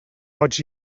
boig